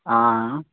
आं